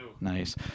Nice